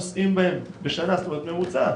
שממוצע הנוסעים בהם בשנה הוא 70,